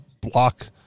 block